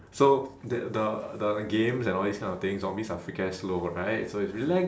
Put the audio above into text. so the the the games and all these kind of things zombies are freak ass slow right so it's rela~